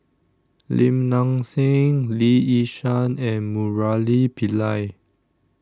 Lim Nang Seng Lee Yi Shyan and Murali Pillai